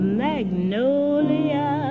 magnolia